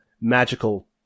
magical